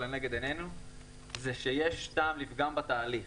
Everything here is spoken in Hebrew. לנגד עינינו זה שיש טעם לפגם בתהליך.